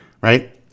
right